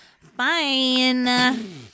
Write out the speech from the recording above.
fine